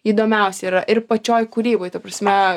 įdomiausia yra ir pačioj kūryboj ta prasme